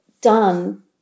done